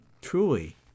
truly